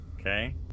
Okay